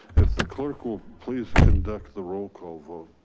if the clerk will please conduct the roll call vote.